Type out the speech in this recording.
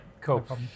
cool